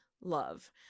love